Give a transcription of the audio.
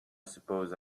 suppose